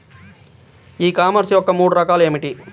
ఈ కామర్స్ యొక్క మూడు రకాలు ఏమిటి?